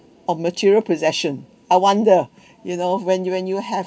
of material possession I wonder you know when you when you have